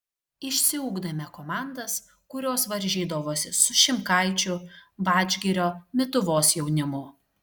išsiugdėme komandas kurios varžydavosi su šimkaičių vadžgirio mituvos jaunimu